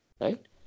right